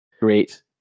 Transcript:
great